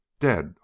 dead